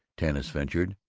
tanis ventured,